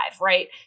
right